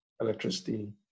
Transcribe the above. electricity